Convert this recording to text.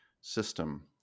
system